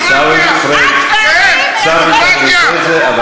עיסאווי, את מדברת על דמוקרטיה?